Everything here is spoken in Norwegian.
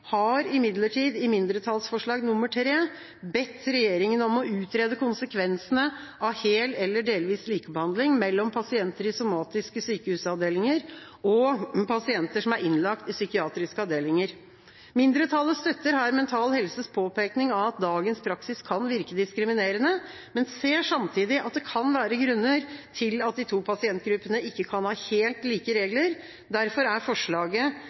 har imidlertid i mindretallsforslag nr. 3 bedt regjeringa om å utrede konsekvensene av hel eller delvis likebehandling mellom pasienter i somatiske sykehusavdelinger og pasienter som er innlagt i psykiatriske avdelinger. Mindretallet støtter her Mental Helses påpekning av at dagens praksis kan virke diskriminerende, men ser samtidig at det kan være grunner til at de to pasientgruppene ikke kan ha helt like regler. Derfor er forslaget